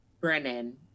Brennan